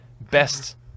best